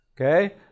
Okay